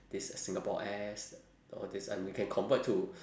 this singapore airs all these and we can convert to